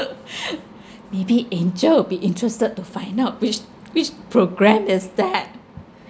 maybe angel will be interested to find out which which program is that